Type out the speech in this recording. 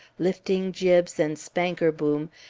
lifting jibs and spanker boom,